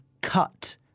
cut